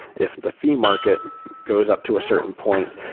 if the fee market goes up to a certain point,